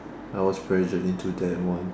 I was pressured into that one